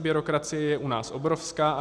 Byrokracie je u nás obrovská.